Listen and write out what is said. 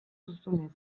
duzunez